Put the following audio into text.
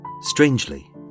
Strangely